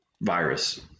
virus